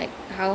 mm